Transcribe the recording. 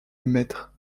maître